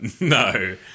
no